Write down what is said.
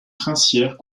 princières